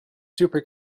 super